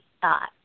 thought